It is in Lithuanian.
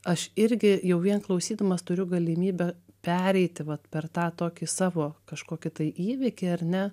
aš irgi jau vien klausydamas turiu galimybę pereiti vat per tą tokį savo kažkokį tai įvykį ar ne